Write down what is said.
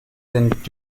sind